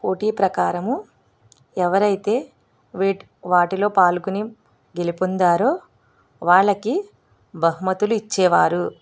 పోటీ ప్రకారం ఎవరైతే వేట్ వాటిలో పాల్గొని గెలుపొందారో వాళ్ళకి బహుమతులు ఇచ్చేవారు